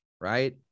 right